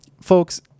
folks